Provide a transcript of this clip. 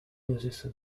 loses